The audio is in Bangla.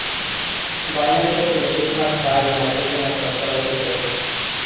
বাইনারি জাতের বেশিরভাগ সারই নাইট্রোজেন আর ফসফরাস দিয়ে তইরি